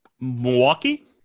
Milwaukee